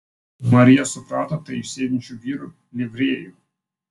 marija suprato tai iš sėdinčių vyrų livrėjų